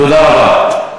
תודה רבה.